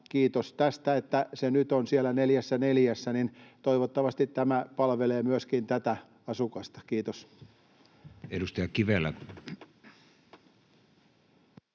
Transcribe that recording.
kiitos tästä, että se nyt on siellä 44:ssä. Toivottavasti tämä palvelee myöskin tätä asukasta. — Kiitos. [Speech